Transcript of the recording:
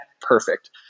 perfect